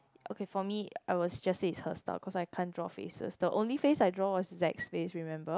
okay for me I was just say it's her style cause I can't draw faces the only face I draw was it's like space remember